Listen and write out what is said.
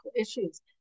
issues